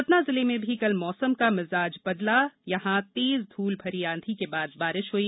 सतना जिले में भी कल मौसम का मिजाज बदला जहां तेज धूल भरी आंधी के बाद बारिश हई